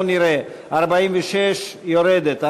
בואו נראה: 46 יורדת,